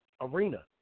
arena